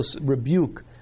rebuke